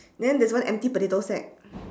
then there's one empty potato sack